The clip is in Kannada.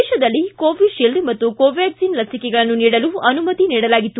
ದೇಶದಲ್ಲಿ ಕೋವಿಶೀಲ್ಡ್ ಮತ್ತು ಕೋವ್ಯಾಕ್ಲಿನ್ ಲಸಿಕೆಗಳನ್ನು ನೀಡಲು ಅನುಮತಿ ನೀಡಲಾಗಿತ್ತು